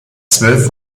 zwölf